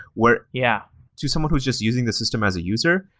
where yeah to someone who's just using this system as a user,